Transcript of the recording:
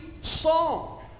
song